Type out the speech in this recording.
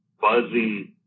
buzzing